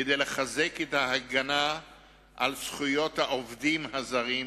כדי לחזק את ההגנה על זכויות העובדים הזרים